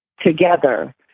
together